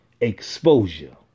exposure